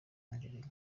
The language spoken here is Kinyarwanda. angelina